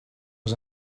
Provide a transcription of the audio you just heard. was